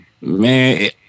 Man